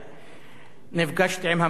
נפגשתי עם המנכ"ל שלך,